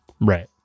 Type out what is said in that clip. right